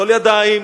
טול ידיים,